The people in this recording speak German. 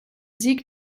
sieg